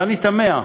ואני תמה: